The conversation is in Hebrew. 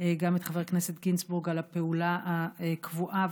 חבר הכנסת גינזבורג על הפעולה הקבועה,